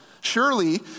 Surely